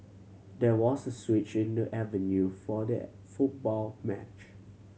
there was switch in the avenue for the football match